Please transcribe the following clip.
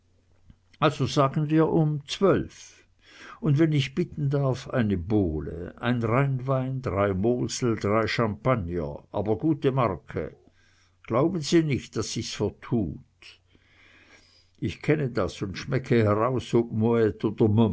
also sagen wir um zwölf und wenn ich bitten darf eine bowle ein rheinwein drei mosel drei champagner aber gute marke glauben sie nicht daß sich's vertut ich kenne das und schmecke heraus